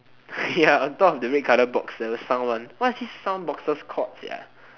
ya on top of the red colour box the sound one what's this sound boxes called sia